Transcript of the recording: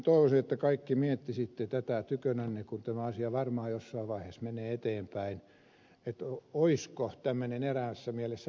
minä toivoisin että kaikki miettisitte tätä tykönänne kun tämä asia varmaan jossain vaiheessa menee eteenpäin olisiko tämmöinen eräässä mielessä liberalisointi mahdollista